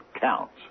counts